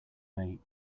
mate